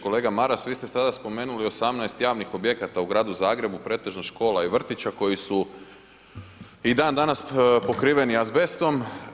Kolega Maras, vi ste sada spomenuli 18 javnih objekata u gradu Zagrebu, pretežno škola i vrtića koji su i dan danas pokriveni s azbestom.